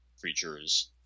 creatures